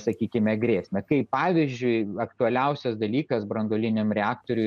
sakykime grėsmę kai pavyzdžiui aktualiausias dalykas branduoliniam reaktoriui